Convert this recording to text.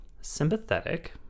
sympathetic